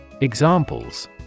Examples